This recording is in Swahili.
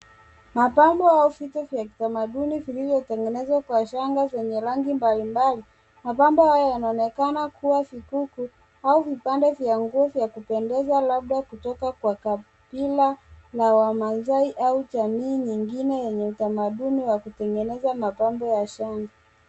Mapambo au vitu vya kitamaduni vilivyotengenezwa kwa shanga zenye rangi mbalimbali, mapambo haya yanaonekana kua vikuku au vipande vya nguo vya kupendeza labda kutoka kabila la wamasai au jamii nyingine.